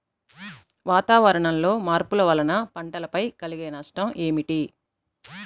వాతావరణంలో మార్పుల వలన పంటలపై కలిగే నష్టం ఏమిటీ?